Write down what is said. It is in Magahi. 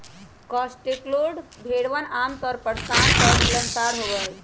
कॉटस्वोल्ड भेड़वन आमतौर पर शांत और मिलनसार होबा हई